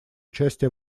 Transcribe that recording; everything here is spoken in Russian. участие